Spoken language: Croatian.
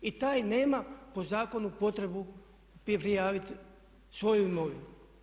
I taj nema po zakonu potrebu prijaviti svoju imovinu.